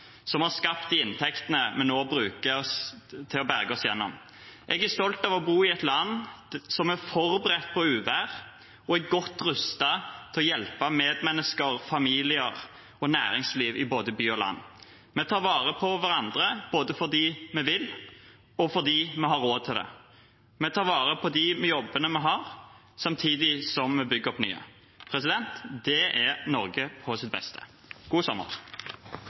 som har skapt de inntektene vi nå bruker til å berge oss gjennom krisen. Jeg er stolt over å bo i et land som er forberedt på uvær og er godt rustet til å hjelpe medmennesker, familier og næringsliv i både by og land. Vi tar vare på hverandre både fordi vi vil og fordi vi har råd til det. Vi tar vare på de jobbene vi har, samtidig som vi bygger opp nye. Det er Norge på sitt beste.